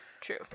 True